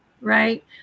right